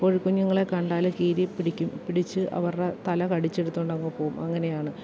കോഴിക്കുഞ്ഞുങ്ങളെ കണ്ടാല് കീരി പിടിക്കും പിടിച്ച് അവരുടെ തല കടിച്ചെടുത്തോണ്ട് അങ്ങ് പോകും അങ്ങനെയാണ്